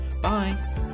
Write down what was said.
Bye